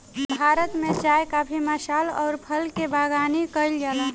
भारत में चाय काफी मसाल अउर फल के बगानी कईल जाला